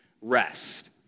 rest